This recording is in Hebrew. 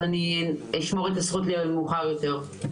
אז אני אשמור את הזכות למאוחר יותר.